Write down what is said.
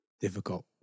difficult